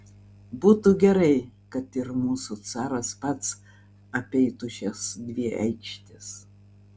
būtų gerai kad ir mūsų caras pats apeitų šias dvi aikštes